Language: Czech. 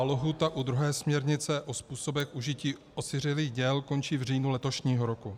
Lhůta u druhé směrnice o způsobech užití osiřelých děl končí v říjnu letošního roku.